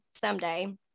someday